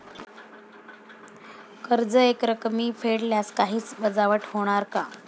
कर्ज एकरकमी फेडल्यास काही वजावट होणार का?